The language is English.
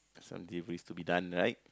a Sunday race to be done right